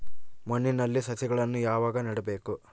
ಮಣ್ಣಿನಲ್ಲಿ ಸಸಿಗಳನ್ನು ಯಾವಾಗ ನೆಡಬೇಕು?